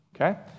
okay